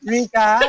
Rika